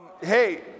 Hey